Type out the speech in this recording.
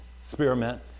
experiment